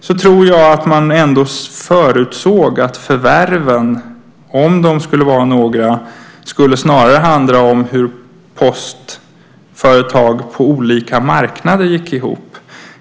Jag tror ändå att man förutsåg att förvärven, om det skulle vara några, snarare skulle handla om hur postföretag på olika marknader gick ihop.